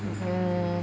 mm